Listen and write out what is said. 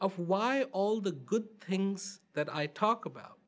of why all the good things that i talk about